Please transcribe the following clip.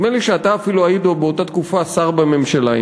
נדמה לי שאתה אפילו היית באותה תקופה שר בממשלה,